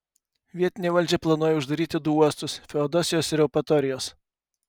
vietinė valdžia planuoja uždaryti du uostus feodosijos ir eupatorijos